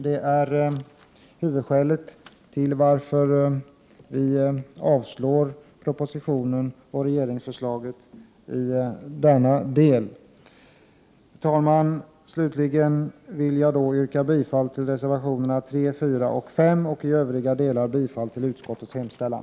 Det är huvudskälet till att vi vill avslå propositionen och regeringsförslaget i denna del. Fru talman! Slutligen vill jag yrka bifall till reservationerna 3, 4 och 5 och i övriga delar till utskottets hemställan.